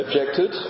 objected